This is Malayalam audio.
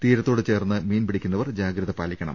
തീരത്തോട് ചേർന്ന് മീൻ പിടിക്കുന്നവർ ജാഗ്രത പാലിക്കണം